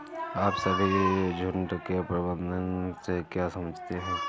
आप सभी झुंड के प्रबंधन से क्या समझते हैं?